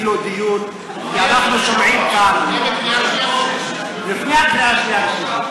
זאת לדיון לפני קריאה שנייה ושלישית.